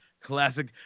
classic